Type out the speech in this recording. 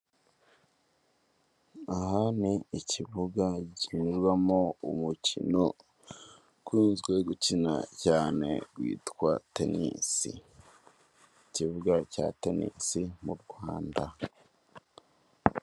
Aha ni ikibuga gikinirwamo umukino ukunzwe gukina cyane witwa tenisi, ikibuga cya tenisi mu Rwanda.